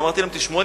ואמרתי להם: תשמעו,